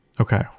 Okay